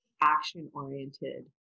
action-oriented